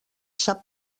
sap